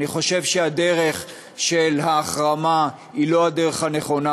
אני חושב שהדרך של ההחרמה היא לא הדרך הנכונה.